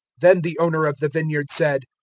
then the owner of the vineyard said,